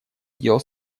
дел